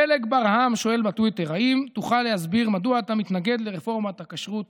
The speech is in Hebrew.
פלג ברעם שואל בטוויטר: האם תוכל להסביר מדוע אתה מתנגד לרפורמת הכשרות